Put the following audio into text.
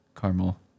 caramel